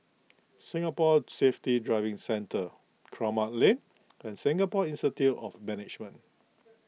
Singapore Safety Driving Centre Kramat Lane and Singapore Institute of Management